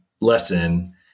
lesson